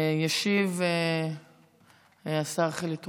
ישיב, השר חילי טרופר.